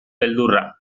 beldurra